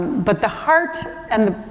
but the heart and the,